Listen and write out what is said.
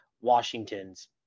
Washington's